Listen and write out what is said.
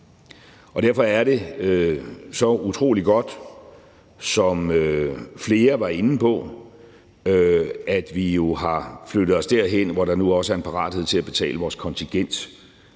og derfor er det så utrolig godt, som flere også var inde på, at vi har flyttet os derhen, hvor der nu også er en parathed til at betale vores kontingent